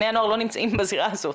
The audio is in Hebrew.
בני הנוער לא נמצאים בזירה הזאת.